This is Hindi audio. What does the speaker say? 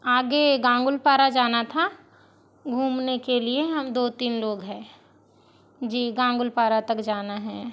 आगे गांगुलपारा जाना था घुमने के लिए हम दो तीन लोग हैं जी गांगुलपारा तक जाना है